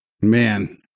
man